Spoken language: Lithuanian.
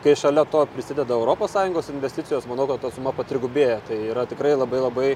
kai šalia to prisideda europos sąjungos investicijos manau kad ta suma patrigubėja tai yra tikrai labai labai